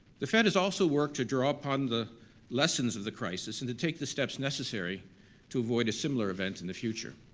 the fed has also worked to draw upon the lessons of the crisis and to take the steps necessary to avoid a similar event in the future.